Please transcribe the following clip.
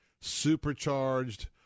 supercharged